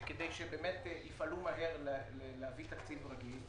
כדי שיפעלו מהר להביא תקציב רגיל,